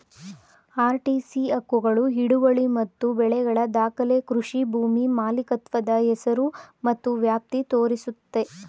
RTC ಹಕ್ಕುಗಳು ಹಿಡುವಳಿ ಮತ್ತು ಬೆಳೆಗಳ ದಾಖಲೆ ಕೃಷಿ ಭೂಮಿ ಮಾಲೀಕತ್ವದ ಹೆಸರು ಮತ್ತು ವ್ಯಾಪ್ತಿ ತೋರಿಸುತ್ತೆ